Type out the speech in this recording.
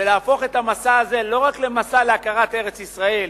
ולהפוך את המסע הזה לא רק למסע להכרת ארץ-ישראל,